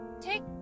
take